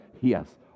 Yes